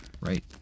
Right